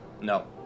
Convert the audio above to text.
No